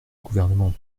gouvernement